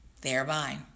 thereby